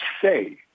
say